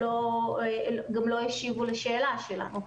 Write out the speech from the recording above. גם לא השיבו לשאלה שלנו.